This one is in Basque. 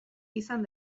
izan